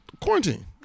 quarantine